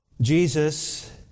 Jesus